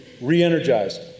re-energized